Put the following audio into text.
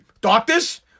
doctors